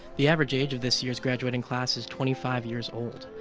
the average age of this year's graduating class is twenty five years old.